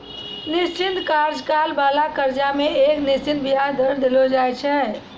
निश्चित कार्यकाल बाला कर्जा मे एक निश्चित बियाज दर देलो जाय छै